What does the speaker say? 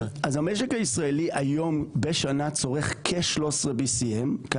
המשק הישראלי היום בשנה צורך כ-BCM13.